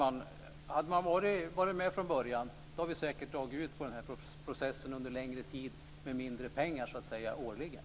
Hade vi varit med från början hade vi säkert dragit ut på processen under en längre tid och med mindre pengar årligen.